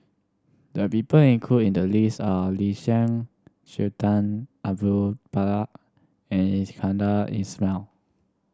the people included in the list are Lin Chen Sultan Abu Bakar and Iskandar Ismail